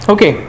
Okay